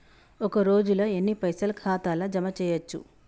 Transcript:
ఒక రోజుల ఎన్ని పైసల్ ఖాతా ల జమ చేయచ్చు?